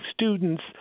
students